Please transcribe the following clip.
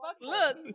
Look